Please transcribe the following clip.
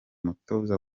mutoza